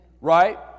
right